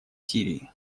сирии